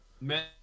Man